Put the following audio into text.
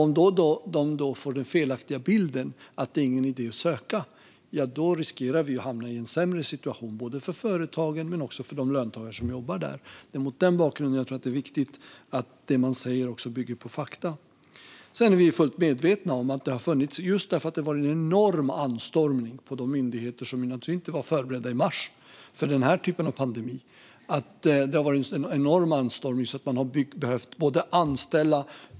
Om de då får den felaktiga bilden att det inte är någon idé att söka stöd riskerar vi att hamna i en sämre situation för både företagen och de löntagare som jobbar där. Det är mot den bakgrunden det är viktigt att det man säger bygger på fakta. Sedan är vi fullt medvetna om att det har varit en enorm anstormning på de myndigheter som inte var förberedda i mars för den här typen av pandemi. Man har behövt anställa.